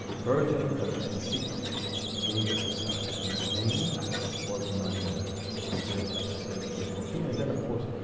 virgin that conceived gave us a son and his name was immanuel, isaiah, chapter seven, verse fourteen. and then, of course,